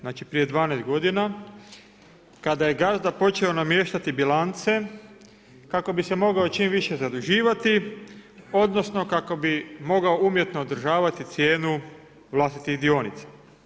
Znači, prije 12 godina, kada je gazda počeo namještati bilance kako bi se mogao čim više zaduživati, odnosno kako bi mogao umjetno održavati cijenu vlastitih dionica.